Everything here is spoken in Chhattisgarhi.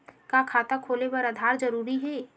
का खाता खोले बर आधार जरूरी हे?